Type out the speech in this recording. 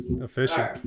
official